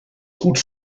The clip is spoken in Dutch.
goed